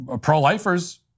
pro-lifers